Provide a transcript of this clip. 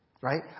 right